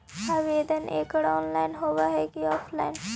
आवेदन एकड़ ऑनलाइन होव हइ की ऑफलाइन?